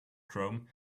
chrome